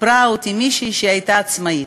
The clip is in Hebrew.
איפרה אותי מישהי שהייתה עצמאית,